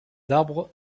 d’arbres